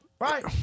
Right